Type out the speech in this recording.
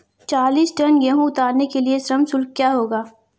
चालीस टन गेहूँ उतारने के लिए श्रम शुल्क क्या होगा?